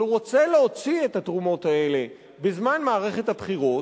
אבל הוא רוצה להוציא את התרומות האלה בזמן מערכת הבחירות,